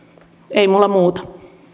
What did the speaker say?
ei minulla muuta